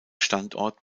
standort